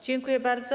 Dziękuję bardzo.